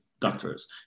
doctors